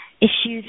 Issues